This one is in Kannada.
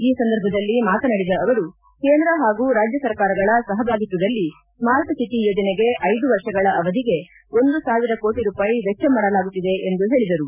ಈ ಸಂದರ್ಭದಲ್ಲಿ ಮಾತನಾಡಿದ ಅವರು ಕೇಂದ್ರ ಹಾಗೂ ರಾಜ್ಯ ಸರ್ಕಾರಗಳ ಸಹಭಾಗಿತ್ವದಲ್ಲಿ ಸ್ಮಾರ್ಟ್ಸಿಟಿ ಯೋಜನೆಗೆ ಐದು ವರ್ಷಗಳ ಅವಧಿಗೆ ಒಂದು ಸಾವಿರ ಕೋಟಿ ರೂಪಾಯಿ ವೆಚ್ಚ ಮಾಡಲಾಗುತ್ತಿದೆ ಎಂದು ಹೇಳಿದರು